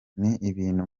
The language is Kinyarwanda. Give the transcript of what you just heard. n’ibintu